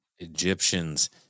Egyptians